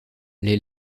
les